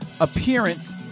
appearance